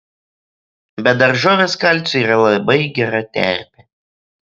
bet daržovės kalciui yra labai gera terpė